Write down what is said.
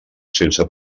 sense